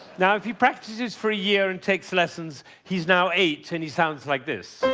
now, if he practices for a year and takes lessons, he's now eight and he sounds like this.